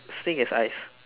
snake has eyes